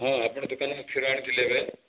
ହଁ ଆପଣଙ୍କ ଦୋକାନରୁ ମୁଁ କ୍ଷୀର ଆଣିଥିଲି ଏବେ